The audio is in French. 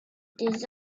des